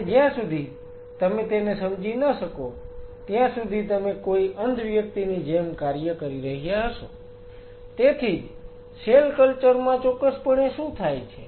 અને જ્યાં સુધી તમે તેને સમજી ન શકો ત્યાં સુધી તમે કોઈ અંધ વ્યક્તિની જેમ કાર્ય કરી રહ્યાં હશો તેથી જ સેલ કલ્ચર માં ચોક્કસપણે શું થાય છે